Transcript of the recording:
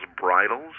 bridles